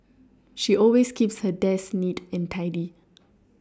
she always keeps her desk neat and tidy